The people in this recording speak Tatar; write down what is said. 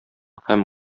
һәм